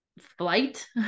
flight